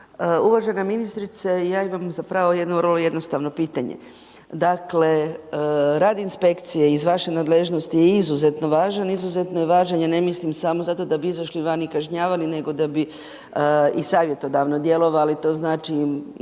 Uvažena ministrice, ja imam za pravo vrlo jednostavno pitanje. Rad inspekcije iz vaše nadležnosti je izuzetno važan, izuzetno je važno, ja ne mislim, samo zato da bi izašli van i kažnjavali, nego da bi i savjetodavno djelovali. To znači rad inspekcije